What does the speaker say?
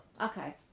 Okay